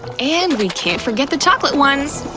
and we can't forget the chocolate ones,